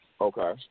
Okay